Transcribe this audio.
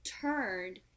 turned